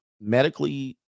medically